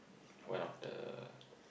one of the